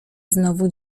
znowu